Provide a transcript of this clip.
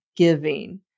giving